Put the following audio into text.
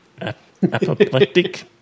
apoplectic